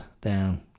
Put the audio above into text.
down